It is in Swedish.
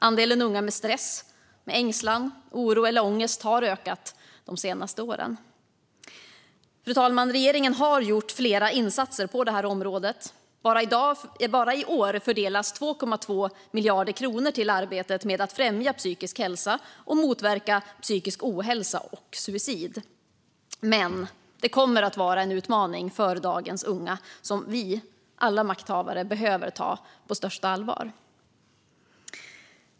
Andelen unga som känner stress, ängslan, oro eller ångest har ökat de senaste åren. Fru talman! Regeringen har gjort flera insatser på området. Bara i år fördelas 2,2 miljarder kronor till arbetet med att främja psykisk hälsa och motverka psykisk ohälsa och suicid. Men det kommer att vara en utmaning för dagens unga, som vi, alla makthavare, behöver ta på största allvar.